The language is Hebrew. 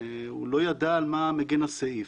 הוא לא ידע על מה מגן הסעיף.